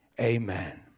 Amen